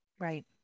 Right